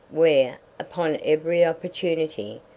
where, upon every opportunity,